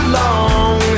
long